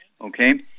Okay